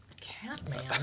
Catman